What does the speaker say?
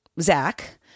Zach